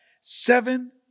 seven